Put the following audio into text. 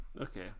okay